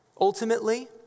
ultimately